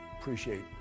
appreciate